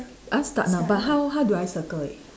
uh start now but how how do I circle it